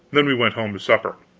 then we went home to supper.